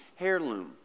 heirloom